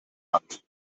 hand